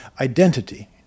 identity